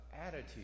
attitude